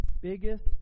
biggest